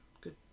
good